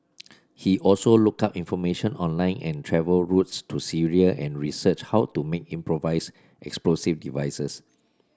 he also looked up information online an travel routes to Syria and researched how to make improvised explosive devices